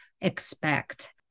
expect